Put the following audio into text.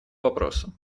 вопросу